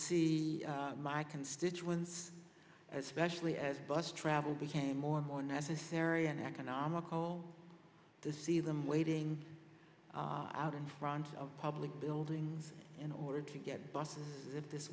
see my constituents especially as bus travel became more and more necessary uneconomical to see them waiting out in front of public buildings in order to get buses if this